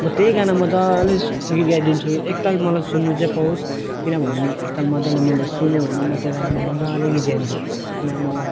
म त्यही गाना मजाले गीत गाइदिन्छु एकताल मलाई सुन्नु चाहिँ पाओस् किनभने एकताल मजाले मैले सुनेँ भने म त्यो गाना म मजाले गीत गाइदिन्छु किन म